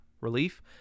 relief